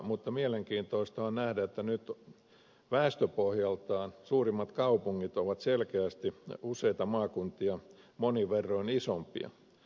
mutta mielenkiintoista on nähdä että väestöpohjaltaan suurimmat kaupungit ovat selkeästi useita maakuntia monin verroin isompia